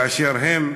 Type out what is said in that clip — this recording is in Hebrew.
באשר הם?